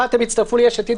אחת הן הצטרפו ליש-עתיד,